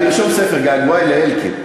אני ארשום ספר: "געגועי לאלקין".